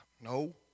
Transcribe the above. No